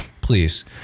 please